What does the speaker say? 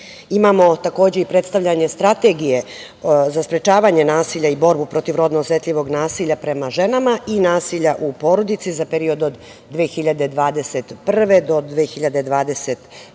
imamo takođe i predstavljanje strategije za sprečavanje nasilja i borbu protiv rodno osetljivog nasilja prema ženama i nasilja u porodici, za period od 2021. godine